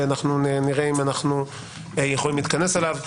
ונראה אם אנחנו יכולים להתכנס אליו.